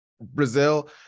Brazil